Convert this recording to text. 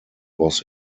was